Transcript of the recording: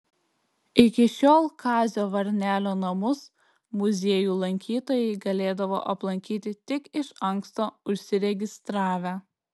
iki šiol kazio varnelio namus muziejų lankytojai galėdavo aplankyti tik iš anksto užsiregistravę